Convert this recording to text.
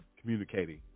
communicating